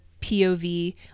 POV